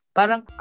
parang